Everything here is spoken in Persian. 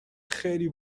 خیلی